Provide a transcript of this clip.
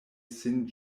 sin